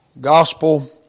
Gospel